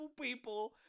people